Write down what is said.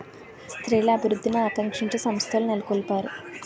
స్త్రీల అభివృద్ధిని ఆకాంక్షించే సంస్థలు నెలకొల్పారు